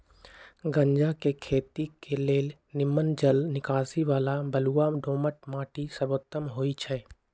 गञजा के खेती के लेल निम्मन जल निकासी बला बलुआ दोमट माटि सर्वोत्तम होइ छइ